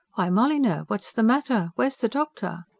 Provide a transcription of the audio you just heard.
why, molyneux, what's the matter? where's the doctor?